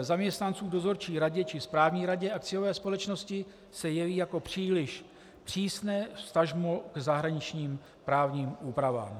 zaměstnanců v dozorčí radě či správní radě akciové společnosti se jeví jako příliš přísné vztažmo k zahraničním právním úpravám.